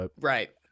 Right